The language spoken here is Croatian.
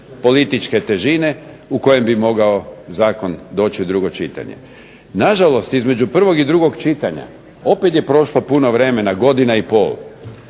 političke težine, u kojem bi mogao zakon doći u drugo čitanje. Na žalost između prvog i drugog čitanja, opet je prošlo puno vremena godina i pol,